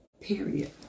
Period